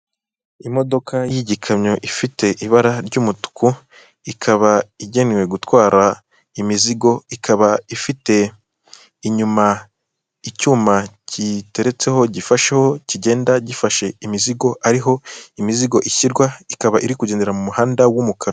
Imodoka y'igikamyo ifite ibara ry'umutuku, ikaba igenewe gutwara imizigo, ikaba ifite inyuma icyuma giteretseho gifasheho kigenda gifashe imizigo, ariho imizigo ishyirwa ikaba iri kugendera mu muhanda w'umukara.